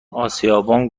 اسیابان